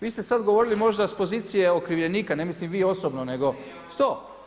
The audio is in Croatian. Vi ste sad govorili možda s pozicije okrivljenika, ne mislim vi osobno, nego što?